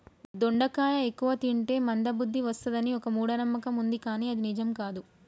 దొండకాయ ఎక్కువ తింటే మంద బుద్ది వస్తది అని ఒక మూఢ నమ్మకం వుంది కానీ అది నిజం కాదు